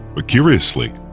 ah curiously,